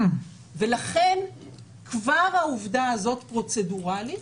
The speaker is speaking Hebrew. ולכן כבר העובדה הזאת פרוצדורלית